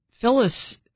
Phyllis